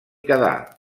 quedà